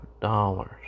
dollars